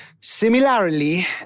Similarly